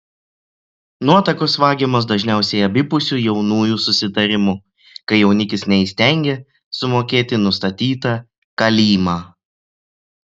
nuotakos vagiamos dažniausiai abipusiu jaunųjų susitarimu kai jaunikis neįstengia sumokėti nustatytą kalymą